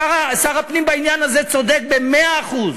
שר הפנים בעניין הזה צודק ב-100% תודה.